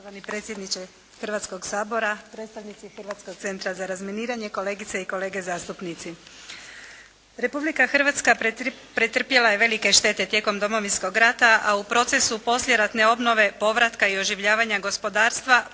Hrvatska pretrpjela je velike štete tijekom Domovinskog rata, a u procesu poslijeratne obnove povratka i oživljavanja gospodarstva